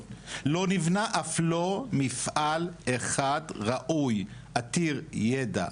לא נבנה אף לא מפעל אחד ראוי עתיר ידע,